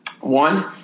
one